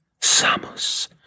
Samus